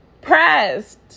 Pressed